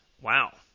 Wow